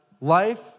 life